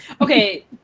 Okay